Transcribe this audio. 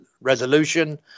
resolution